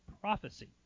prophecy